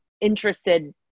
interested